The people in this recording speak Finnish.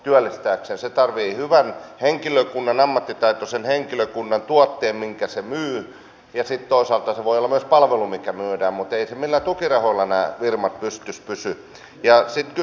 mitä se tarkoittaa taksiyrittäjille kahviloille kaupoille ja ylipäätään kotimarkkinoilla toimiville yrityksille kun ottaa huomioon sen että myöskin eläkeläisiltä ja työttömiltä leikataan merkittävästi ostovoimaa näitten hallituksen päätösten takia